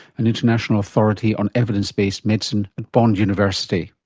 an international authority on evidence based medicine at bond university.